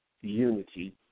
unity